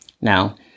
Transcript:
Now